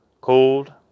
cold